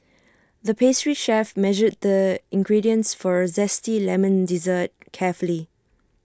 the pastry chef measured the ingredients for A Zesty Lemon Dessert carefully